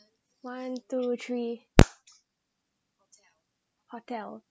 one two three hotel